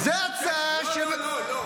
זאת הצעה --- לא לא לא.